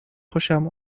خوشم